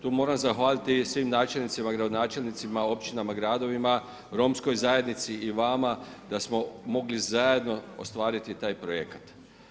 Tu moram zahvaliti svim načelnicima i gradonačelnicima Općinama, Gradovima, Romskoj zajednici i vama, da smo mogli zajedno ostvariti taj projekat.